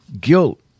guilt